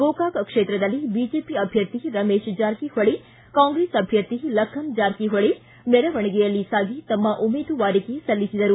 ಗೋಕಾಕ ಕ್ಷೇತ್ರದಲ್ಲಿ ಬಿಜೆಪಿ ಅಭ್ಯರ್ಥಿ ರಮೇಶ್ ಜಾರಕಿಹೊಳಿ ಕಾಂಗ್ರೆಸ್ ಅಭ್ಯರ್ಥಿ ಲಖನ್ ಜಾರಕಿಹೊಳಿ ಮೆರವಣಿಗೆಯಲ್ಲಿ ಸಾಗಿ ತಮ್ಮ ಉಮೇದುವಾರಿಕೆ ಸಲ್ಲಿಸಿದರು